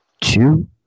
two